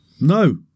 No